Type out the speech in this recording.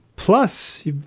Plus